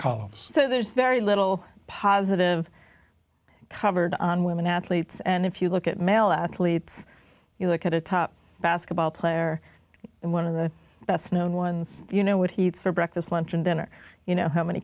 so there's very little positive covered on women athletes and if you look at male athletes you look at a top basketball player and one of the best known ones you know what he eats for breakfast lunch and dinner you know how many